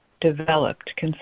developed